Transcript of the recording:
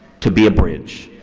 to be a bridge.